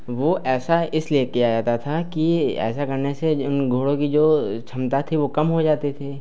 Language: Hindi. वह ऐसा इसलिए किया जाता था कि ऐसा करने से उन घोड़ों की जो क्षमता थी वह कम हो जाती थी